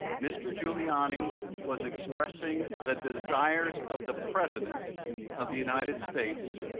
mr. giuliani was expressing the desires of the president of the united states,